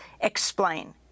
explain